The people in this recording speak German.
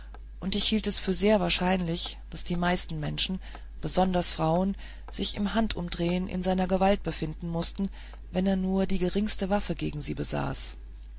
und ich hielt es für sehr wahrscheinlich daß die meisten menschen besonders frauen sich im handumdrehen in seiner gewalt befinden mußten wenn er nur die geringste waffe gegen sie besaß